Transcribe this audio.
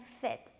fit